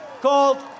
called